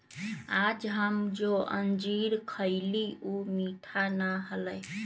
आज हम जो अंजीर खईली ऊ मीठा ना हलय